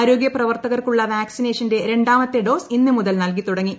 ആരോഗൃ പ്രവർത്തകർക്കുള്ള വാക്സിനേഷന്റെ രണ്ടാമത്തെ ഡോസ് ഇന്ന് മുതൽ നൽകിത്തുടങ്ങി